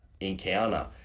encounter